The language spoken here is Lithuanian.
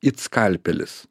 it skalpelis